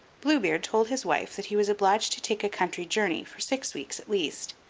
blue beard told his wife that he was obliged to take a country journey for six weeks at least,